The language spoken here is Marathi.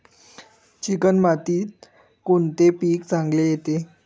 चिकण मातीत कोणते पीक चांगले येते?